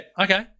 okay